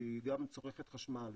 שהיא גם צורכת חשמל,